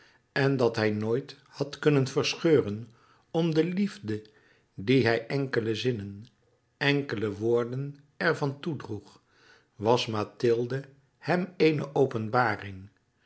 en dat hij nooit had kunnen verscheuren om de liefde die hij enkele zinnen enkele woorden ervan toedroeg was mathilde hem eene openbaring